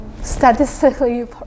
statistically